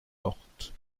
mortes